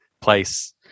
place